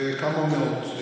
כמה מאות,